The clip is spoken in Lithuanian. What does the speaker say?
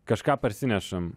kažką parsinešam